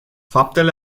faptele